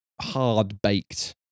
hard-baked